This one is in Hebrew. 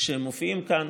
שמופיעים כאן.